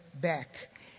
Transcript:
back